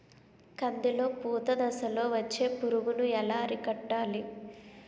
కందిలో పూత దశలో వచ్చే పురుగును ఎలా అరికట్టాలి?